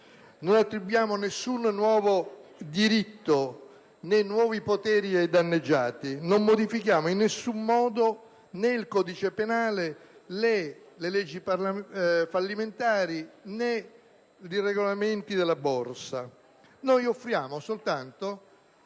non attribuiamo nessun nuovo diritto né nuovi poteri ai danneggiati. Non modifichiamo in nessun modo né il codice penale né le leggi fallimentari né i regolamenti della Borsa. Offriamo soltanto